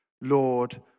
Lord